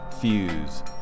fuse